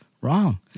wrong